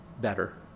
better